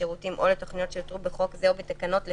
לשירותים או לתכניות שהותרו בחוק זה או בתקנות לפיו.